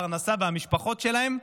הפרנסה והמשפחות שלהם.